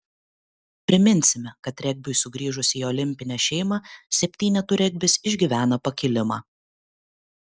priminsime kad regbiui sugrįžus į olimpinę šeimą septynetų regbis išgyvena pakilimą